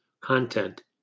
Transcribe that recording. content